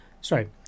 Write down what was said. sorry